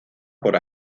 por